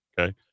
okay